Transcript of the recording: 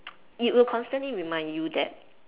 it will constantly remind you that